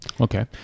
Okay